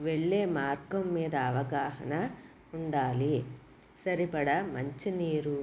వెళ్ళే మార్గం మీద అవగాహన ఉండాలి సరిపడ మంచినీరు